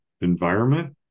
environment